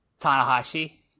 Tanahashi